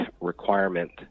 requirement